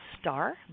star